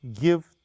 give